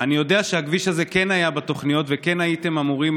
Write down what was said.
אני יודע שהכביש הזה כן היה בתוכניות וכן הייתם אמורים